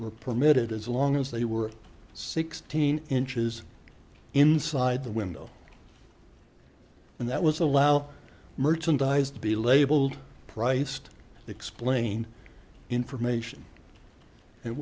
were permitted as long as they were sixteen inches inside the window and that was allowed merchandise to be labeled priced explained information